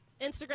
Instagram